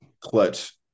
clutch